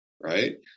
right